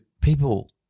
people